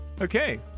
okay